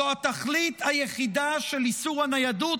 זאת התכלית היחידה של איסור הניידות,